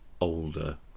older